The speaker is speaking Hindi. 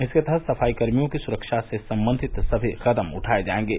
इसके तहत सफाईकर्मियों की सुरक्षा से संबंधित सभी कदम उठाए जाएंगे